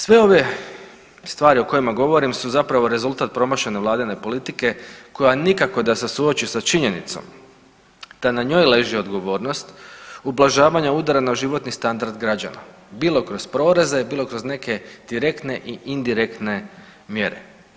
Sve ove stvari o kojima govorim su zapravo rezultat promašene vladine politike koja nikako da se suoči sa činjenicom da na njoj leži odgovornost ublažavanja udara na životni standard građana, bilo kroz poreze, bilo kroz neke direktne i indirektne mjere.